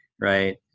right